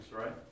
right